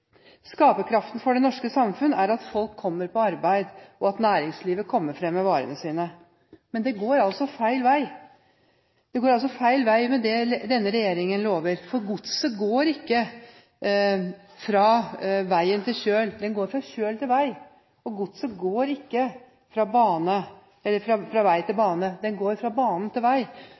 Skaperkraften for det norske samfunn er at folk kommer på arbeid, og at næringslivet kommer fram med varene sine, men det går altså feil vei. Det går altså feil vei med det denne regjeringen lover. Godset går ikke fra vei til kjøl, det går fra kjøl til vei. Godset går ikke fra vei til bane, det går fra bane til vei.